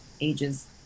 ages